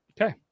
Okay